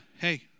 hey